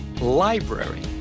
library